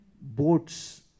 boats